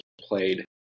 played